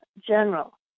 general